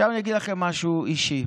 עכשיו אני אגיד לכם משהו אישי.